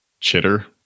chitter